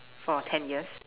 for ten years